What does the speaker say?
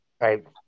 Right